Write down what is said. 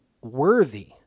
worthy